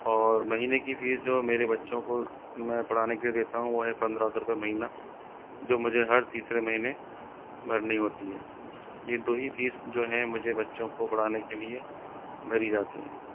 और महीने की फीस जो मेरे बच्चों को मैं पढ़ाने के लिए देता हूँ वो है पंद्रह सौ रुपए महीना जो मुझे हर तीसरे महीने भरनी होती है यह दो ही फीस जो हैं मुझे बच्चों को पढ़ाने के लिए भरी जाती हैं